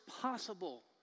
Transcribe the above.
possible